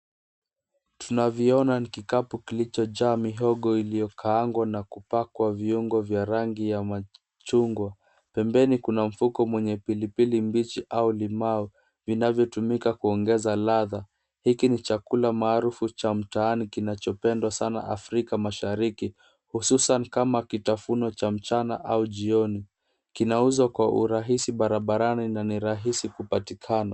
Tunaviona ni kikapu kilichojaa mihogo iliyokaangwa na kupakwa viungo vya rangi ya machungwa. Pembeni kuna mfuko mwenye pilipili mbichi au limau vinavyotumika kuongeza ladha. Hiki ni chakula maarufu cha mtaani kinachopendwa sana Afrika Mashariki hususan kama kitafuno cha mchana au jioni. Kinauzwa kwa urahisi barabarani na ni rahisi kupatikana.